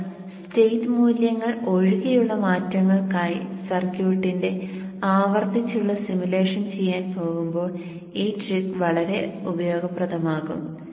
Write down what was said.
എന്നാൽ സ്റ്റേറ്റ് മൂല്യങ്ങൾ ഒഴികെയുള്ള മാറ്റങ്ങൾക്കായി സർക്യൂട്ടിന്റെ ആവർത്തിച്ചുള്ള സിമുലേഷൻ ചെയ്യാൻ പോകുമ്പോൾ ഈ ട്രിക്ക് വളരെ ഉപയോഗപ്രദമാകും